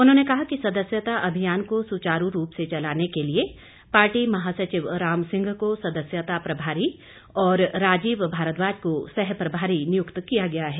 उन्होंने कहा कि सदस्यता अभियान को सुचारू रूप से चलाने के लिए पार्टी महासचिव राम सिंह को सदस्यता प्रभारी और राजीव भारद्वाज को सहप्रभारी नियुक्त किया गया है